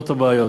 הבעיות,